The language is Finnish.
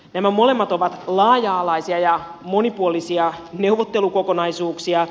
nämä molemmat ovat laaja alaisia ja monipuolisia neuvottelukokonaisuuksia